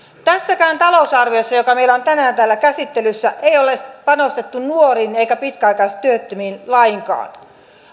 tässäkään talousarviossa joka meillä on tänään täällä käsittelyssä ei ole panostettu nuoriin eikä pitkäaikaistyöttömiin lainkaan